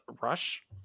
rush